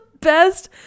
best